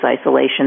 isolation